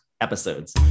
episodes